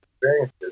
experiences